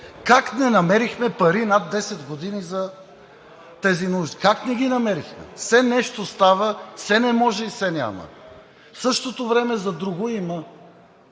Как не намерихме пари над 10 години за тези нужди?! Как не ги намерихме?! Все нещо става, все не може и все няма. В същото време за друго има.